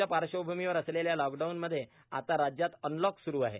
कोरोनाच्या पार्श्वभूमीवर असलेल्या लॉकडाऊन मध्ये आता राज्यात अनलॉक स्रू आहे